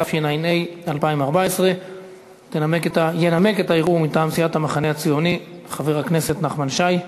התשע"ה 2014. ינמק את הערעור מטעם סיעת המחנה הציוני חבר הכנסת נחמן שי.